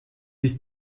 ist